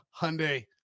hyundai